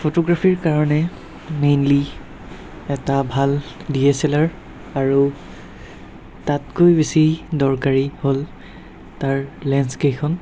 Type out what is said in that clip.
ফটোগ্ৰাফীৰ কাৰণে মেইনলি এটা ভাল ডি এছ এল আৰ আৰু তাতকৈ বেছি দৰকাৰী হ'ল তাৰ লেন্সকেইখন